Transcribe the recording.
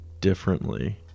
differently